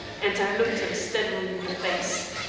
and i looked him steadily in the face.